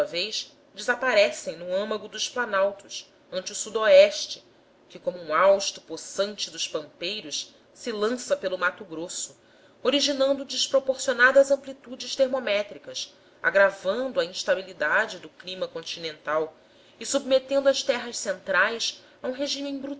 vez desaparecem no âmago do planalto ante o so que como um hausto possante dos pampeiros se lança pelo mato grosso originando desproporcionadas amplitudes termométricas agravando a instabilidade do clima continental e submetendo as terras centrais a um regime